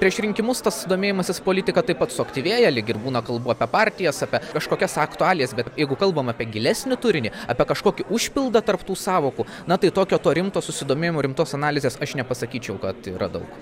prieš rinkimus tas domėjimasis politika taip pat suaktyvėja lyg ir būna kalbų apie partijas apie kažkokias aktualijas bet jeigu kalbam apie gilesnį turinį apie kažkokį užpildą tarp tų sąvokų na tai tokio to rimto susidomėjimo rimtos analizės aš nepasakyčiau kad yra daug